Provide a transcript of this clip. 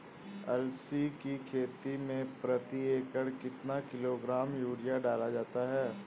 अलसी की खेती में प्रति एकड़ कितना किलोग्राम यूरिया डाला जाता है?